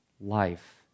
life